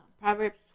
Proverbs